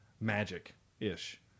magic-ish